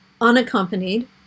unaccompanied